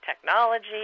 technology